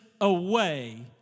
away